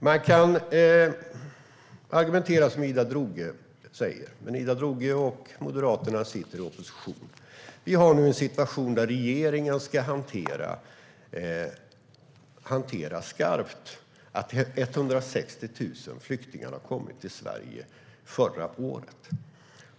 Man kan argumentera som Ida Drougge, men hon och Moderaterna sitter i opposition. Vi har nu en situation där regeringen skarpt ska hantera att 160 000 flyktingar kom till Sverige förra året.